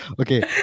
Okay